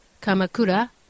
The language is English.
Kamakura